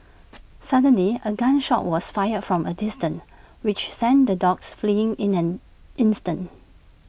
suddenly A gun shot was fired from A distance which sent the dogs fleeing in an instant